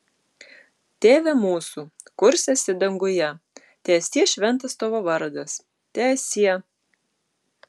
tėve mūsų kurs esi danguje teesie šventas tavo vardas teesie